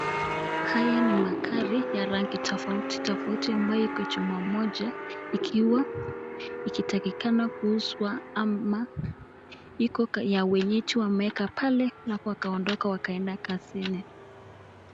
Haya ni magari ya rangi tofauti tofauti ambayo iko chumba moja ikitakikana kuuzwa ama iko ya wenyeji wameeka pale halafu wakaondoka wakaenda kazini.